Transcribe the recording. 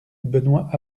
benoist